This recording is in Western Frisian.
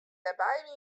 dêrby